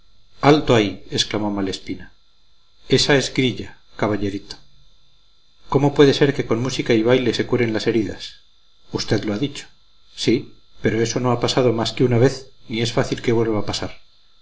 alto ahí exclamó malespina esa es grilla caballerito cómo puede ser que con música y baile se curen las heridas usted lo ha dicho sí pero eso no ha pasado más que una vez ni es fácil que vuelva a pasar